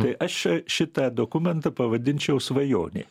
tai aš šitą dokumentą pavadinčiau svajonė